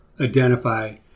identify